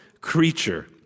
creature